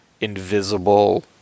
invisible